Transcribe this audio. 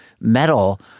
metal